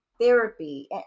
Therapy